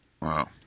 Wow